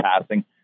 passing